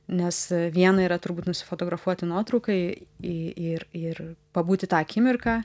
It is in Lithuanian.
nes viena yra turbūt nusifotografuoti nuotraukai į ir ir pabūti tą akimirką